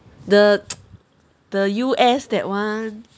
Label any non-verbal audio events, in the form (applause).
the (noise) the U_S that [one]